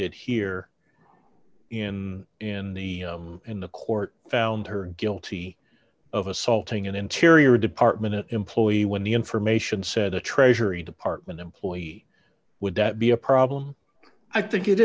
did here in in the in the court found her guilty of assaulting an interior department employee when the information said a treasury department employee would that be a problem i think it